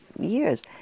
years